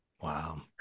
Wow